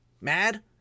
mad